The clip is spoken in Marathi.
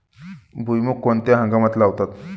भुईमूग कोणत्या हंगामात लावतात?